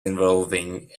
involving